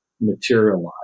materialize